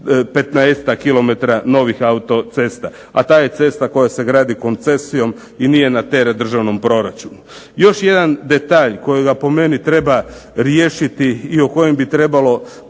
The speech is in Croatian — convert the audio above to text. novih autocesta. A ta je cesta koja je gradi koncesijom i nije na teret državnom proračunu. Još jedan detalj kojega po meni treba riješiti i o kojem bi trebalo